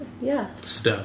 Yes